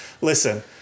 Listen